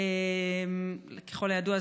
ככל הידוע,